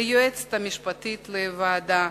ליועצת המשפטית של הוועדה,